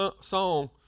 song